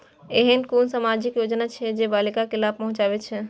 ऐहन कुनु सामाजिक योजना छे जे बालिका के लाभ पहुँचाबे छे?